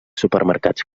supermercats